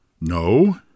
No